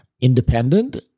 independent